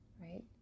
right